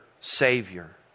savior